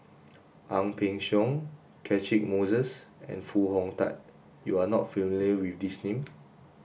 Ang Peng Siong Catchick Moses and Foo Hong Tatt you are not familiar with these name